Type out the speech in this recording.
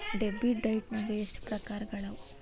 Debit ಡೈಟ್ನ್ಯಾಗ್ ಎಷ್ಟ್ ಪ್ರಕಾರಗಳವ?